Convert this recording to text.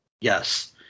Yes